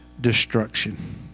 destruction